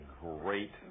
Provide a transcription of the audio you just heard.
great